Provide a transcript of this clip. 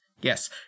yes